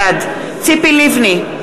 בעד ציפי לבני,